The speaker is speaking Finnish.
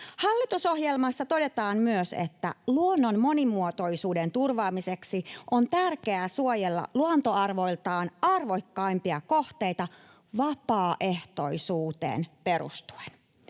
Hallitusohjelmassa todetaan myös, että ”luonnon monimuotoisuuden turvaamiseksi on tärkeää suojella luontoarvoiltaan arvokkaimpia kohteita vapaaehtoisuuteen perustuen”.